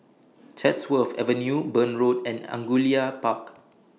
Chatsworth Avenue Burn Road and Angullia Park